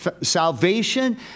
salvation